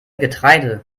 getreide